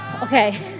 Okay